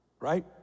right